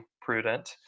prudent